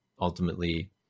ultimately